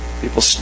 People